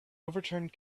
overturned